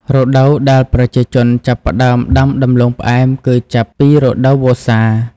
រដូវដែលប្រជាជនចាប់ផ្ដើមដាំដំឡូងផ្អែមគឺចាប់ពីរដូវវស្សា។